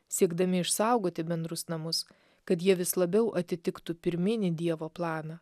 siekdami išsaugoti bendrus namus kad jie vis labiau atitiktų pirminį dievo planą